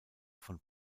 von